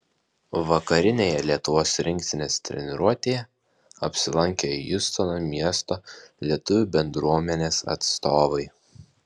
vakarinėje lietuvos rinktinės treniruotėje apsilankė hjustono miesto lietuvių bendruomenės atstovai